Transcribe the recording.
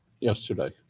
yesterday